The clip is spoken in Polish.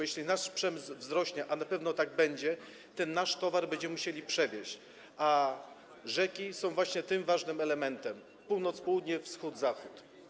Jeśli nasz przemysł wzrośnie, a na pewno tak będzie, ten nasz towar będziemy musieli przewieźć, a rzeki są właśnie tym ważnym elementem: północ-południe, wschód-zachód.